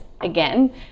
again